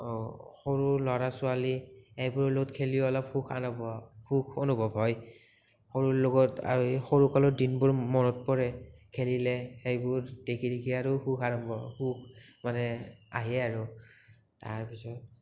সৰু ল'ৰা ছোৱালী সেইবোৰৰ লগত খেলিও অলপ সুখ সুখ অনুভৱ হয় সৰুৰ লগত আৰু সৰুকালৰ দিনবোৰ মনত পৰে খেলিলে সেইবোৰ দেখি দেখি আৰু সুখ আৰম্ভ সুখ মানে আহে আৰু তাৰপিছত